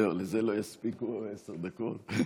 זהו, לזה לא יספיקו עשר דקות.